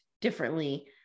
differently